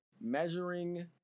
measuring